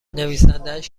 نویسندهاش